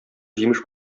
җимеш